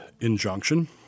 injunction